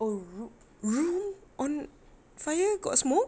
oh room on fire got smoke